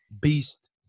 Beast